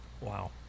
Wow